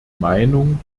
meinung